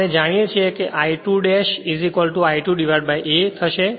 આપણે જાણીએ છીએ I2 a I2 ' થશે